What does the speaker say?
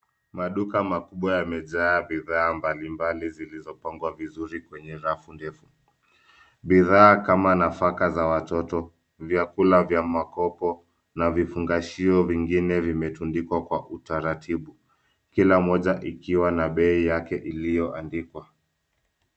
Maduka makubwa yamejaa bidhaa mbalimbali zilizopangwa vizuri kwenye rafu ndefu. Bidhaa kama nafaka za watoto, vyakula vya makopo na vifungashio vingine vimetundikwa kwa utaratibu. Kila moja ikiwa na bei yake iliyoandikwa.